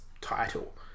title